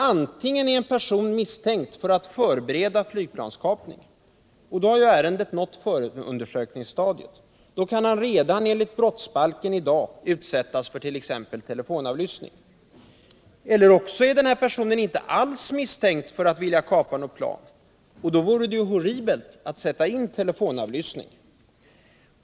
Antingen är en person misstänkt för att förbereda flygplanskapning, och då har ärendet nått förundersökningsstadiet. Då kan han redan i dag enligt brottsbalken utsättas för t.ex. telefonavlyssning. Eller också är denne person inte alls misstänkt för att vilja kapa något plan, och då vore det horribelt att sätta in telefonavlyssning.